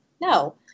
no